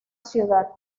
ciudad